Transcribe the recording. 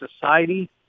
society